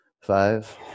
Five